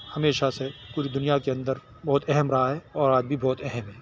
ہمیشہ سے پوری دنیا کے اندر بہت اہم رہا ہے اور آج بھی بہت اہم ہے